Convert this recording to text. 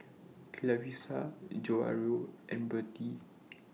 Clarisa Jairo and Bertie